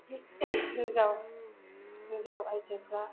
हिन्जाव आइजोफ्रा